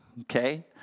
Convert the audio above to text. okay